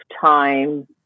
time